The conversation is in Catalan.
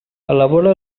elabora